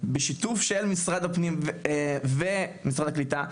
בשיתוף של משרד הפנים ומשרד הקליטה,